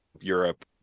europe